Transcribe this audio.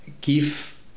give